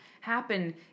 happen